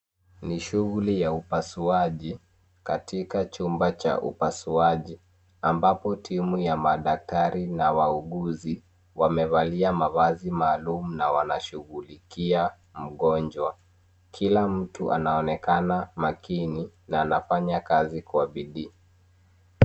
Ni shuguli ya upasuaji katika chumba cha upasuaji ambapo timu ya madktari na wauguzi wamevalia mavazi maalum na wanashugulikia mgonjwa. kila mtu anaonekana makini na anafanya kazi kwa bidii.